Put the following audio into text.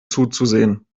zuzusehen